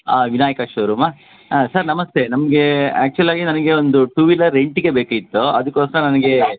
ವಿನಾಯಕ ಶೋರೂಮಾ ಸರ್ ನಮಸ್ತೆ ನಮಗೆ ಆ್ಯಕ್ಚುಲಾಗಿ ನನಗೆ ಒಂದು ಟು ವಿಲರ್ ರೆಂಟಿಗೆ ಬೇಕಿತ್ತು ಅದಕ್ಕೋಸ್ಕ್ರ ನನಗೆ